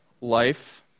life